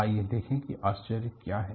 आइए देखें कि आश्चर्य क्या था